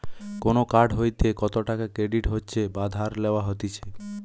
কোন কার্ড হইতে কত টাকা ক্রেডিট হচ্ছে বা ধার লেওয়া হতিছে